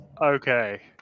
Okay